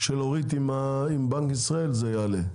עם אורית עם בנק ישראל זה יעלה.